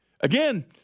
again